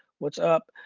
what's up?